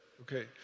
okay